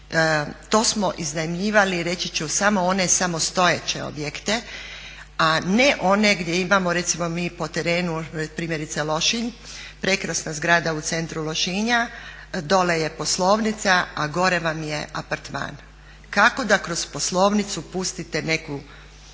To smo iznajmljivali reći ću samo one samostojeće objekte, a ne one gdje imamo recimo mi po terenu primjerice Lošinj, prekrasna zgrada u centru Lošinja, dole je poslovnica, a gore vam je apartman. Kako da kroz poslovnicu pustite neke turiste